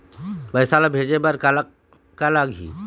पैसा ला भेजे बार का का लगही?